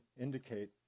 indicate